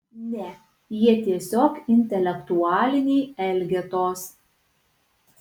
ne jie tiesiog intelektualiniai elgetos